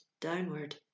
downward